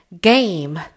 Game